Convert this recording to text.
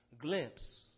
Glimpse